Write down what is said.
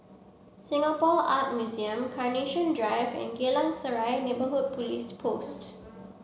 Singapore Art Museum Carnation Drive and Geylang Serai Neighbourhood Police Post